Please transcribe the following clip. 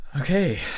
Okay